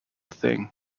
thing